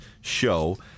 show